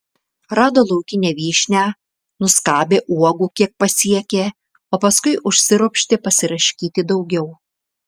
rado laukinę vyšnią nuskabė uogų kiek pasiekė o paskui užsiropštė pasiraškyti daugiau